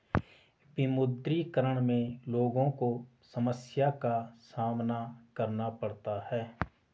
विमुद्रीकरण में लोगो को समस्या का सामना करना पड़ता है